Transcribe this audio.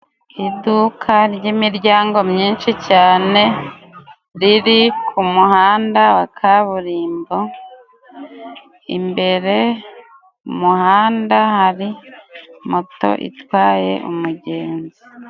Iduka ry'imiryango myinshi cyane, riri ku muhanda wa kaburimbo imbere mu muhanda hari moto itwaye umugenzi.